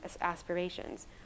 aspirations